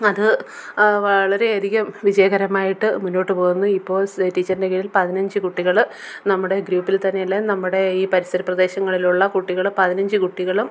അത് വളരെ അധികം വിജയകരമായിട്ട് മുന്നോട്ട് പോവുന്നു ഇപ്പോൾ ടീച്ചറിൻ്റെ കീഴിൽ പതിനഞ്ച് കുട്ടികൾ നമ്മുടെ ഗ്രൂപ്പിൽ തന്നെ ഇല്ലെ നമ്മുടെ ഈ പരിസര പ്രദേശങ്ങളിലുള്ള കുട്ടികളും പതിനഞ്ച് കുട്ടികളും